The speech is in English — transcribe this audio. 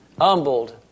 humbled